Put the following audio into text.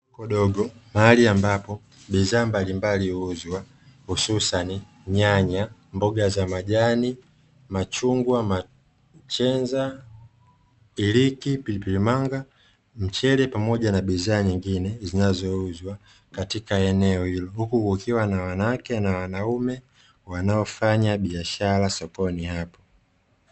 Soko dogo mahali ambalo bidhaa mbalimbali huuzwa, hususani: nyanya, mboga za majani, machungwa, machenza, iliki, pilipili manga, mchele, pamoja na bidhaa nyingine zinazouzwa katika eneo hilo. Huku kukiwa na wanawake na wanaume wanaofanya biashara sokoni hapo.